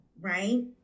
right